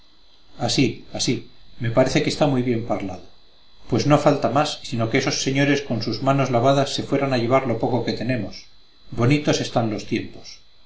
así así me parece que está muy bien parlado pues no falta más sino que esos señores con sus manos lavadas se fueran a llevar lo poco que tenemos bonitos están los tiempos